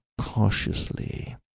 cautiously